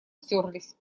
стёрлись